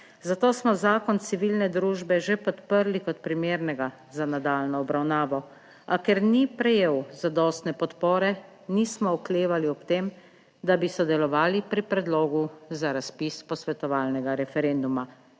Zato smo zakon civilne družbe že podprli kot primernega za nadaljnjo obravnavo, a ker ni prejel zadostne podpore, nismo oklevali ob tem. Da bi sodelovali pri predlogu za razpis posvetovalnega referenduma,